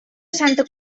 santa